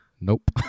nope